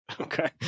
Okay